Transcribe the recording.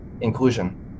inclusion